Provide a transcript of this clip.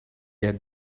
had